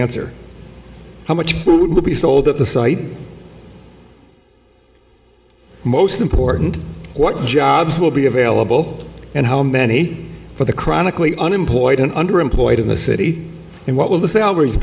answer how much crude will be sold at the site most important what jobs will be available and how many for the chronically unemployed and underemployed in the city and what will the salaries